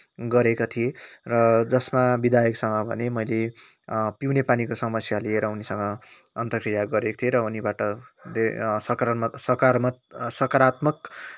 गरेका थिएँ र जसमा विधायकसँग भने मैले पिउने पानीको समस्या लिएर उनीसँग अन्तरक्रिया गरेको थिएँ र उनीबाट सकारात्मक सकारात्मक सकारात्मक